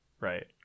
right